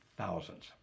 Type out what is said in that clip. thousands